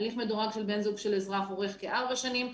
הליך מדורג של בן זוג של אזרח אורך כארבע שנים,